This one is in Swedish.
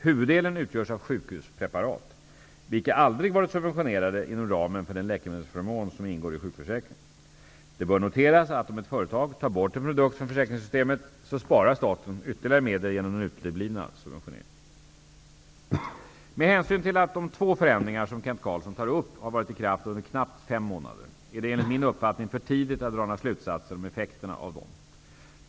Huvuddelen utgörs av sjukhuspreparat, vilka aldrig varit subventionerade inom ramen för den läkemedelsförmån som ingår i sjukförsäkringen. Det bör noteras att om ett företag tar bort en produkt från försäkringssystemet så sparar staten ytterligare medel genom den uteblivna subventioneringen. Med hänsyn till att de två förändringar som Kent Carlsson tar upp har varit i kraft under knappt fem månader är det enligt min uppfattning för tidigt att dra några slutsatser om effekterna av dem.